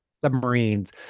submarines